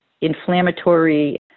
inflammatory